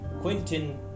Quentin